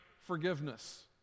forgiveness